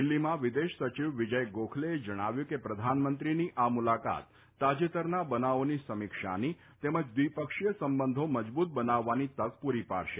દિલ્હીમાં વિદેશ સચિવ વિજય ગોખલેએ જણાવ્યું છે કે પ્રધાનમંત્રીની આ મુલાકાત તાજેતરના બનાવોની સમીક્ષાની તેમજ દ્વિપક્ષીય સંબંધો મજબૂત બનાવવાની તક પૂરી પાડશે